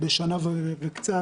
בשנה וקצת.